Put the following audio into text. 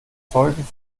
zeugen